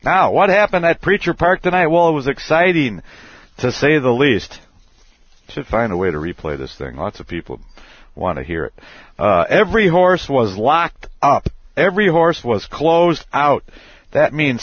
now what happened at preacher park tonight wall was exciting to say the least to find a way to replay this thing lots of people want to hear it every horse was locked up every horse was closed out that means